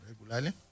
regularly